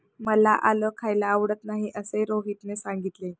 मला आलं खायला आवडत नाही असे रोहितने सांगितले